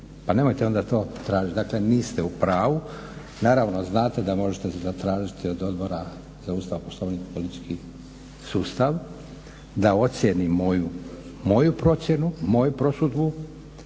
Pa nemojte onda to tražiti, dakle niste u pravu. Naravno znate da možete zatražiti od Odbora za Ustav, Poslovnik i politički sustav da ocijenim ovim moju procjenu, moju prosudbu